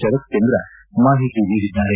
ಶರತ್ ಚಂದ್ರ ಮಾಹಿತಿ ನೀಡಿದ್ದಾರೆ